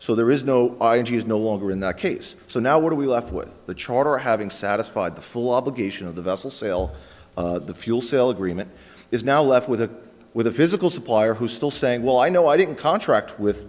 so there is no is no longer in that case so now we left with the charter having satisfied the full obligation of the vessel sail the fuel cell agreement is now left with a with a physical supplier who still saying well i know i didn't contract with